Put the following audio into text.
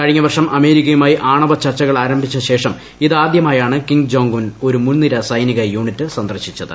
കുഴിഞ്ഞ വർഷം അമേരിക്കയുമായി ആണവ ചർച്ചകൾ ആരംഭിച്ച ശേഷം ഇതാദ്യമായാണ് കിം ജോങ് ഉൻ ഒരു മുൻനിര സൈനിക യൂണിറ്റ് സന്ദർശിച്ചത്